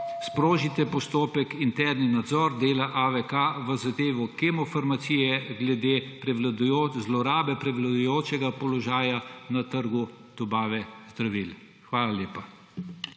sprožite postopek internega nadzora dela AVK v zadevi Kemofarmacije glede zlorabe prevladujočega položaja na trgu dobave zdravil. Hvala lepa.